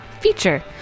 feature